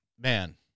man